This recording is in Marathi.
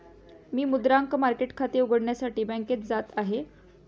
मी मुद्रांक मार्केट खाते उघडण्यासाठी बँकेत जात आहे